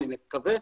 אני מקווה,